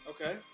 okay